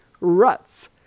ruts